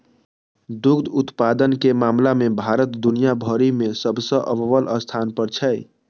दुग्ध उत्पादन के मामला मे भारत दुनिया भरि मे सबसं अव्वल स्थान पर छै